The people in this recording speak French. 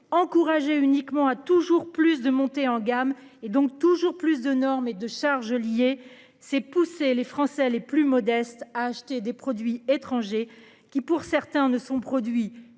inflation. Uniquement à toujours plus de monter en gamme et donc toujours plus de normes et de charges liées c'est pousser les Français les plus modestes à acheter des produits étrangers qui pour certains ne sont produits